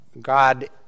God